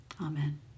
Amen